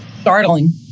startling